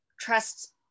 trust